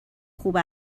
خوب